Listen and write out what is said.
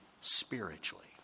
Spiritually